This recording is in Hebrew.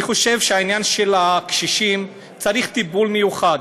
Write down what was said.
אני חושב שהעניין של הקשישים צריך טיפול מיוחד,